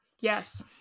Yes